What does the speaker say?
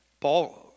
Paul